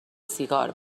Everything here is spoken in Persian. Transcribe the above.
سیگار